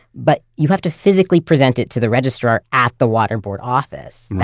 but you have to physically present it to the registrar at the water board office.